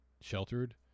sheltered